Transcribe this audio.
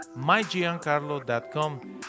mygiancarlo.com